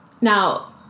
Now